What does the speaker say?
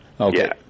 Okay